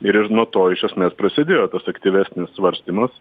ir ir nuo to iš esmės prasidėjo tas aktyvesnis svarstymas